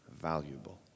valuable